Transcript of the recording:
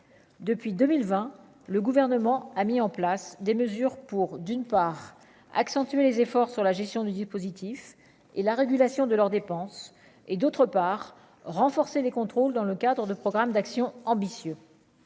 depuis 2020, le gouvernement a mis en place des mesures pour d'une part, accentuer les efforts sur la gestion du positif et la régulation de leurs dépenses et, d'autre part, renforcer les contrôles dans le cadre de programmes d'action ambitieux.